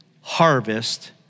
harvest